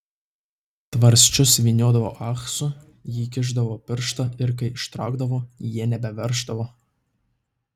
tvarsčius vyniodavo ahsu ji įkišdavo pirštą ir kai ištraukdavo jie nebeverždavo